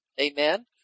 Amen